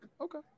Okay